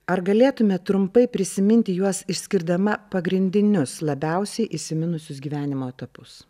ar galėtumėt trumpai prisiminti juos išskirdama pagrindinius labiausiai įsiminusius gyvenimo etapus